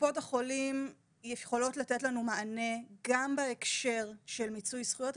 קופות החולים יכולות לתת לנו מענה גם בהקשר של מיצוי זכויות,